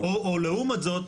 או לעומת זאת,